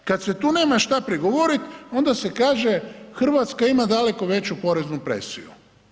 E kada se tu nema šta prigovoriti onda se kaže Hrvatska ima daleko veću poreznu presiju.